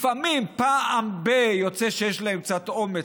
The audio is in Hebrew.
לפעמים, פעם ב-, יוצא שיש להם קצת אומץ.